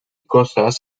costas